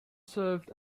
served